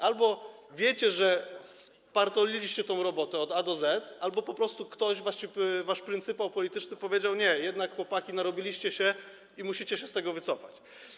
Albo wiecie, że spartoliliście tę robotę od A do Z, albo po prostu ktoś, wasz pryncypał polityczny, powiedział: nie, jednak, chłopaki, narobiliście się i musicie się z tego wycofać.